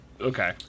Okay